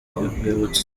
urwibutso